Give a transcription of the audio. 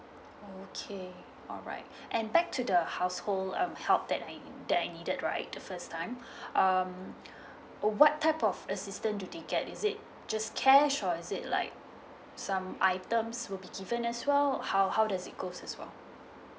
okay alright and back to the household um help that I that I needed right the first time um what type of assistant do they get is it just cash or is it like some items will be given as well how how does it goes as well